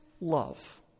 love